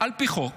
על פי חוק